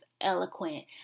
eloquent